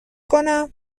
کنم